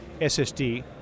SSD